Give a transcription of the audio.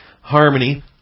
harmony